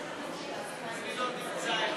עוברים להצעות